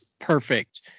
perfect